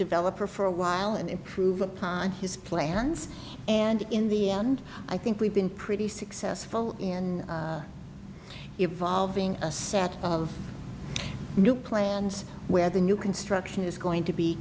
developer for a while and improve upon his plans and in the end i think we've been pretty successful in evolving a set of new plans where the new construction is going to be